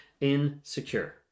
insecure